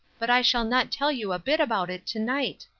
but i shall not tell you a bit about it to-night.